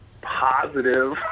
positive